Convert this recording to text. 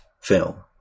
film